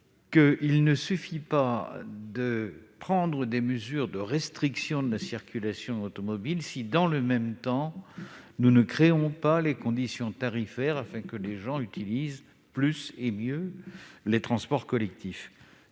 qu'il ne suffit pas de prendre des mesures de restriction de la circulation automobile si, dans le même temps, nous ne créons pas les conditions tarifaires permettant une plus grande utilisation des transports collectifs.